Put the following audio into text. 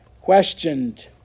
questioned